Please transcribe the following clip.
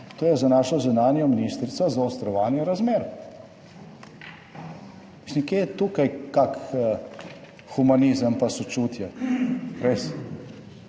to je za našo zunanjo ministrico zaostrovanje razmer. Mislim, kje je tukaj kak humanizem pa sočutje, res.